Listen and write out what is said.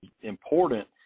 important